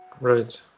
Right